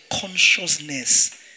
consciousness